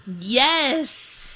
Yes